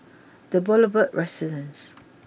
the Boulevard Residence